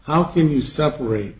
how can you separate